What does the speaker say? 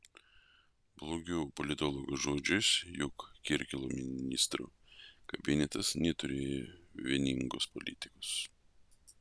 blogiau politologo žodžiais jog kirkilo ministrų kabinetas neturėjo vieningos politikos